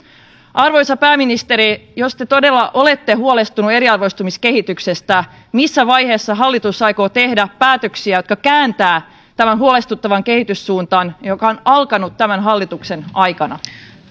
arvoisa pääministeri jos te todella olette huolestunut eriarvoistumiskehityksestä missä vaiheessa hallitus aikoo tehdä päätöksiä jotka kääntävät tämän huolestuttavan kehityssuunnan joka on alkanut tämän hallituksen aikana